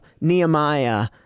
Nehemiah